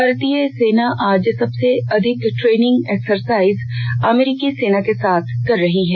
भारतीय फोर्सेज आज सबसे अधिक ट्रेनिंग एक्सरसाइज अमेरिकी सेना के साथ कर रही है